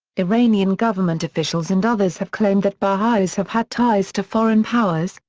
iranian government officials and others have claimed that baha'is have had ties to foreign powers,